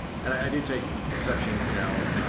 and i do take exception, you know,